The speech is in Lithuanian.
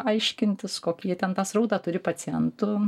aiškintis kokį jie ten tą srautą turi pacientų